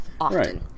often